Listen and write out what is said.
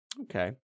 okay